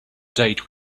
date